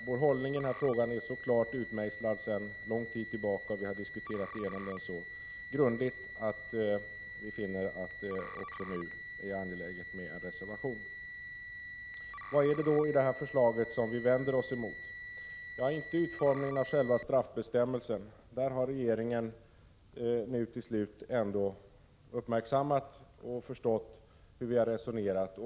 Vår hållning i denna fråga är sedan lång tid tillbaka så klart utmejslad och vi har diskuterat igenom den så grundligt att vi finner att det också nu är angeläget med en reservation. Vad är det då i detta förslag som vi vänder oss emot? Ja, det är inte utformningen av själva straffbestämmelsen; där har regeringen nu till slut ändå uppmärksammat och förstått hur vi har resonerat.